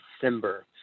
December